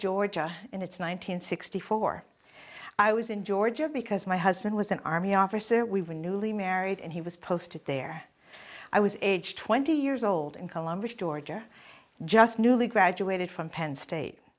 georgia in its one nine hundred sixty four i was in georgia because my husband was an army officer we were newly married and he was posted there i was age twenty years old in columbus georgia just newly graduated from penn state